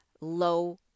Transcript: low